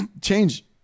Change